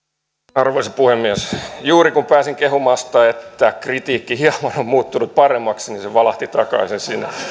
arvoisa puhemies juuri kun pääsin kehumasta että kritiikki on on muuttunut hieman paremmaksi niin se valahti takaisin sinne